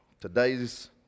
Today's